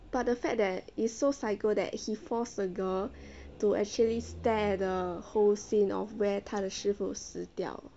but the fact that it is so psycho that he forced the girl to actually stare at the whole scene of where 他的师父死掉